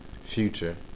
Future